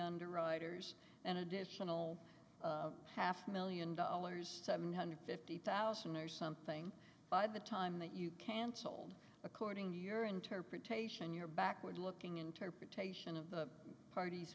underwriters an additional half million dollars seven hundred fifty thousand or something by the time that you cancelled according to your interpretation your backward looking interpretation of the part